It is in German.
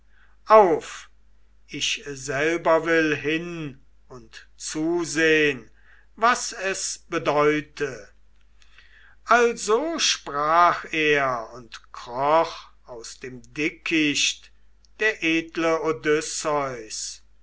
auf ich selber will hin und zusehn was es bedeute also sprach er und kroch aus dem dickicht der edle